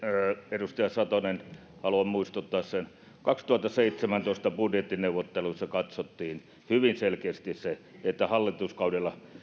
edustaja satonen haluan muistuttaa että vuoden kaksituhattaseitsemäntoista budjettineuvotteluissa katsottiin hyvin selkeästi se että hallituskaudella